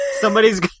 Somebody's